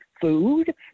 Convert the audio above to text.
food